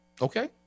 okay